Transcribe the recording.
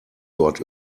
dort